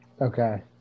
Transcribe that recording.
Okay